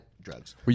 Drugs